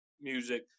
music